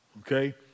Okay